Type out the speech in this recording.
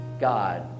God